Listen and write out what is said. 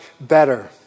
better